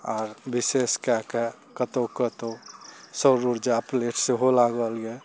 आओर विशेष कए कऽ कतहु कतहु सौर उर्जा प्लेट सेहो लागल यऽ